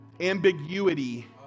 ambiguity